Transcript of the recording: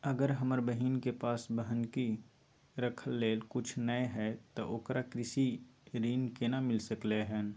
अगर हमर बहिन के पास बन्हकी रखय लेल कुछ नय हय त ओकरा कृषि ऋण केना मिल सकलय हन?